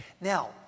Now